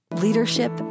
Leadership